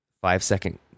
five-second